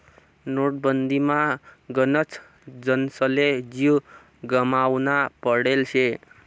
नोटबंदीमा गनच जनसले जीव गमावना पडेल शे